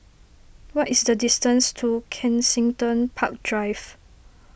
what is the distance to Kensington Park Drive